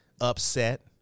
upset